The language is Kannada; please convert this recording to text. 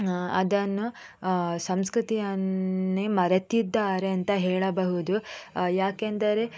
ಅದನ್ನು ಸಂಸ್ಕೃತಿಯನ್ನೇ ಮರೆತಿದ್ದಾರೆ ಅಂತ ಹೇಳಬಹುದು ಯಾಕೆಂದರೆ